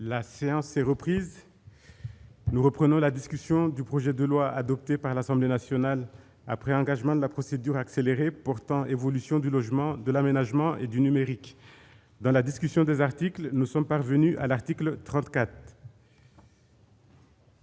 La séance est reprise. Nous reprenons la discussion du projet de loi, adopté par l'Assemblée nationale après engagement de la procédure accélérée, portant évolution du logement, de l'aménagement et du numérique. Dans la discussion du texte de la commission, nous en sommes parvenus au titre III.